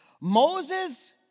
Moses